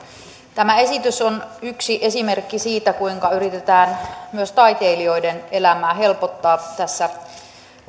tämä esitys on yksi esimerkki siitä kuinka yritetään myös taiteilijoiden elämää helpottaa tässä